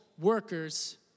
workers